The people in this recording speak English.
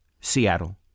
Seattle